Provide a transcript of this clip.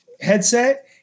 headset